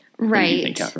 Right